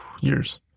years